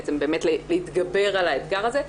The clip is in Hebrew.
בעצם באמת להתגבר על האתגר הזה,